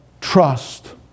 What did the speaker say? trust